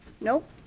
Nope